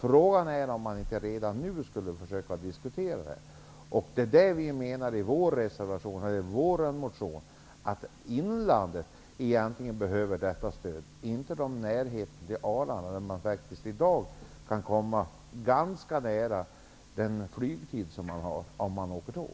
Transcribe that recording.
Frågan är om man inte redan nu borde diskutera detta. I vår motion menar vi att inlandet behöver stöd, inte de flygplatser i närheten av Arlanda, dit man i dag kan komma med tåg på en tid som nästan är densamma som flygtiden.